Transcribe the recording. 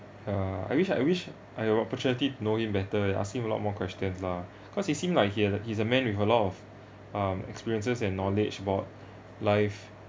ya I wish I wish I have opportunity to know him better and ask him a lot more questions lah cause he seemed like he uh he is a man with a lot of um experiences and knowledge about life